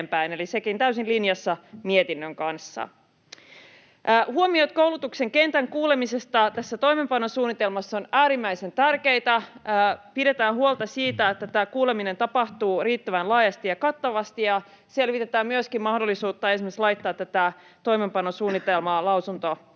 eli sekin täysin linjassa mietinnön kanssa. Huomiot koulutuksen kentän kuulemisesta tässä toimeenpanosuunnitelmassa ovat äärimmäisen tärkeitä. Pidetään huolta siitä, että tämä kuuleminen tapahtuu riittävän laajasti ja kattavasti, ja selvitetään myöskin mahdollisuutta esimerkiksi laittaa tätä toimeenpanosuunnitelmaa lausuntokierrokselle.